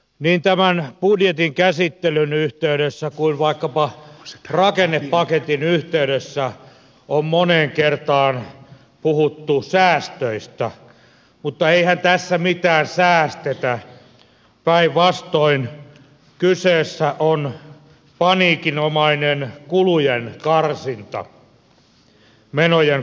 niin tämän budjetin käsittelyn yhteydessä kuin vaikkapa rakennepaketin yhteydessä on moneen kertaan puhuttu säästöistä mutta eihän tässä mitään säästetä päinvastoin kyseessä on paniikinomainen kulujen karsinta menojen karsinta